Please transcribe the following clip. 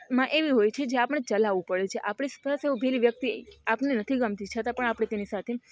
માં એવી હોય છે જ્યાં આપણે ચલાવું પડે છે આપણી સ પાસે ઉભેલી વ્યક્તિ આપણે નથી ગમતી છતાં પણ આપણે તેની સાથે